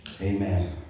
amen